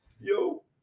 Yo